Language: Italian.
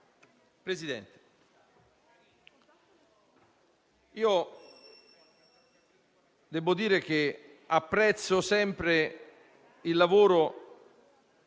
Presidente Conte, devo dire che apprezzo sempre il lavoro